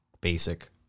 basic